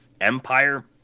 Empire